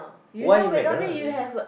why McDonald eh